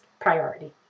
priority